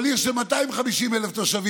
אבל עיר של 250,000 תושבים,